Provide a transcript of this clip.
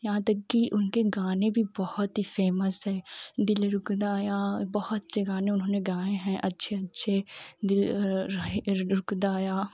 यहाँ तक कि उनके गाने भी बहुत ही फेमस हैं दिल रुकदा यार बहुत से गाने उन्होंने गाए हैं अच्छे अच्छे दिल र रुकदा या